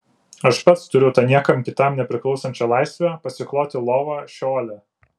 aš pats turiu tą niekam kitam nepriklausančią laisvę pasikloti lovą šeole